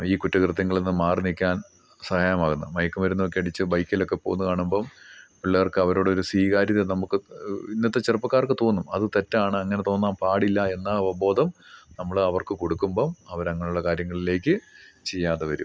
ഈ കുറ്റകൃത്യങ്ങളിൽ നിന്ന് മാറി നിൽക്കാൻ സഹായകമാകുന മയക്കു മരുന്ന് ഒക്കെ അടിച്ചു ബൈക്കിലൊക്കെ പോകുന്നത് കാണുമ്പം പിള്ളേർക്ക് അവരോട് ഒരു സ്വീകാര്യത നമുക്ക് ഇന്നത്തെ ചെറുപ്പക്കാർക്ക് തോന്നും അത് തെറ്റാണ് അങ്ങന തോന്നാൻ പാടില്ല എന്ന അവബോധം നമ്മൾ അവർക്ക് കൊടുക്കുമ്പം അവർ അങ്ങനെയുള്ള കാര്യങ്ങളിലേക്ക് ചെയ്യാതെ വരും